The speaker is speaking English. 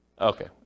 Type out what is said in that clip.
Okay